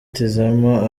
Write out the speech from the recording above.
tizama